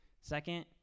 Second